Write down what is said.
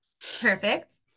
perfect